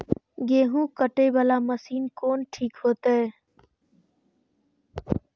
गेहूं कटे वाला मशीन कोन ठीक होते?